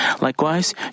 Likewise